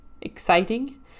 exciting